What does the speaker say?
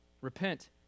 Repent